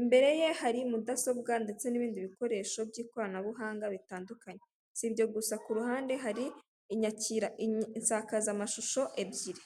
Imbere ye hari mudasobwa ndetse n'ibindi bikoresho by'ikoranabuhanga bitandukanye, si ibyo gusa ku ruhande hari insakazamashusho ebyiri.